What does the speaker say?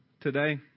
today